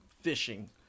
fishing